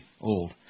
Old